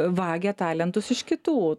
vagia talentus iš kitų